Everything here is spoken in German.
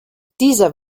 dieser